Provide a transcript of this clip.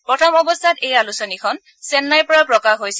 প্ৰথম অৱস্থাত এই আলোচনীখন চেন্নাইৰ পৰা প্ৰকাশ হৈছিল